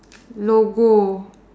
logo